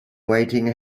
waiting